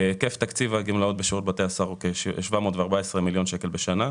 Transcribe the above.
היקף תקציב הגמלאות בשירות בתי הסוהר הוא כ-714 מיליון שקלים בשנה.